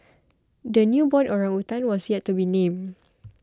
the newborn orangutan was yet to be named